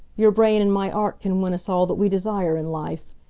your brain and my art can win us all that we desire in life.